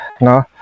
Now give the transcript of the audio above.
no